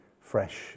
fresh